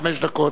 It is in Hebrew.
חמש דקות.